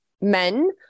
men